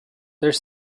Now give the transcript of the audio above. there